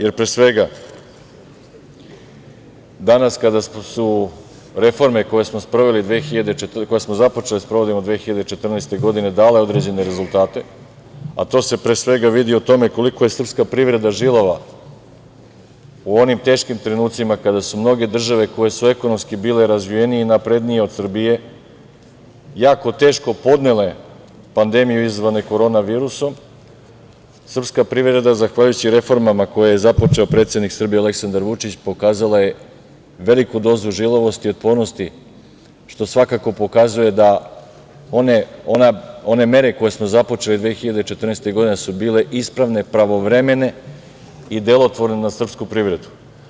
Jer, pre svega, danas kada su reforme koje smo započeli da sprovodimo 2014. godine dale određene rezultate, a to se pre svega vidi u tome koliko je srpska privreda žilava u onim teškim trenucima kada su mnoge države koje su ekonomski bile razvijenije i naprednije od Srbije, jako teško podnele pandemiju izazvanu korona virusom, srpska privreda zahvaljujući reformama koje je započeo predsednik Srbije Aleksandar Vučić, pokazala je veliku dozu žilavosti i otpornosti, što svakako pokazuje da one mere koje smo započeli 2014. godine su bile ispravne, pravovremene i delotvorne na srpsku privredu.